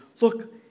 Look